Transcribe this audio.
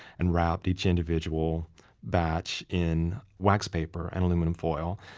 and wrapped each individual batch in wax paper and aluminum foil.